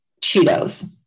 Cheetos